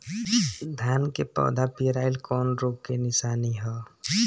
धान के पौधा पियराईल कौन रोग के निशानि ह?